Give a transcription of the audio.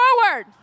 forward